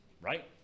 right